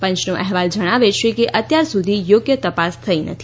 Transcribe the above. પંચનો અહેવાલ જણાવે છેકે અત્યાર સુધી યોગ્ય તપાસ થઈ નથી